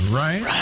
right